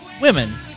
women